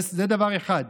זה דבר אחד